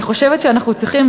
אני חושבת שאנחנו צריכים,